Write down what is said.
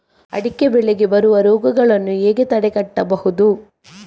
ಅಡಿಕೆ ಬೆಳೆಗೆ ಬರುವ ರೋಗಗಳನ್ನು ಹೇಗೆ ತಡೆಗಟ್ಟಬಹುದು?